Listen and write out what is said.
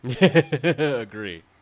Agree